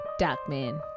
Darkman